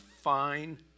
fine